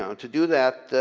to do that,